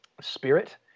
spirit